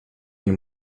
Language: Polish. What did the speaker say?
nie